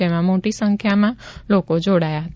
જેમાં મોટી સંખ્યામાં લોકો જોડાયા હતા